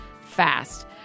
fast